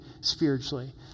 spiritually